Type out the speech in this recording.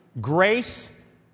grace